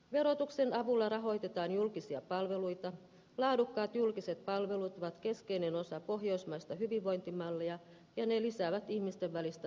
verotuksen avulla rahoitetaan julkisia palveluita laadukkaat julkiset palvelut ovat keskeinen osa pohjoismaista hyvinvointimallia ja ne lisäävät ihmisten välistä